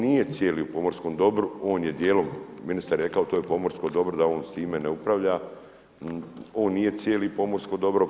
On nije cijeli u pomorskom dobru, on je dijelom, ministar je rekao to je pomorsko dobro da on s time ne upravlja, on nije cijeli pomorsko dobro.